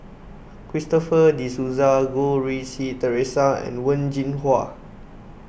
Christopher De Souza Goh Rui Si theresa and Wen Jinhua